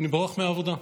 אני בורח מהעבודה,